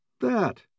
That